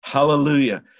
Hallelujah